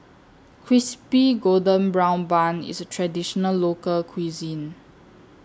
Crispy Golden Brown Bun IS Traditional Local Cuisine